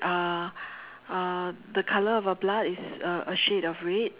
are uh the colour of our blood is a a shade of red